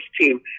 team